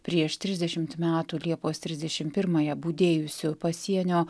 prieš trisdešimt metų liepos trisdešim pirmąją budėjusių pasienio